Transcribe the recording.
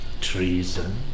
treason